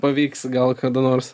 pavyks gal kada nors